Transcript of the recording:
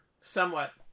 somewhat